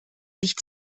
nicht